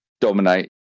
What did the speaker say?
dominate